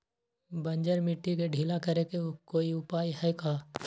बंजर मिट्टी के ढीला करेके कोई उपाय है का?